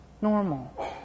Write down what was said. normal